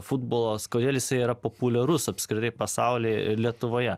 futbolas kodėl jisai yra populiarus apskritai pasauly lietuvoje